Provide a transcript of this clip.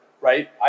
right